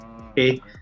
okay